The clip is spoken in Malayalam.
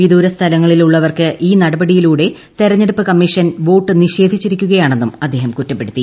വിദൂര സ്ഥലങ്ങളിൽ ഉള്ളവർക്ക്സ് പ് ഈ നടപടിയിലൂടെ തെരഞ്ഞെടുപ്പ് കമ്മിഷൻ വോട്ട് ് ്നീഷ്ഷ്ധിച്ചിരിക്കുകയാണെന്നും അദ്ദേഹം കുറ്റപ്പെടുത്തി